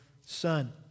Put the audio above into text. son